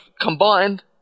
combined